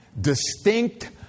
Distinct